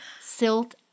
silt